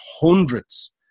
hundreds